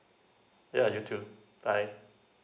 yeah you too bye